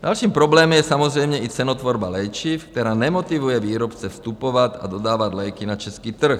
Další problém je samozřejmě i cenotvorba léčiv, která nemotivuje výrobce vstupovat a dodávat léky na český trh.